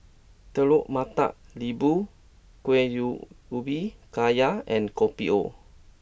Telur Mata Lembu Kueh Ubi Kayu and Kopi O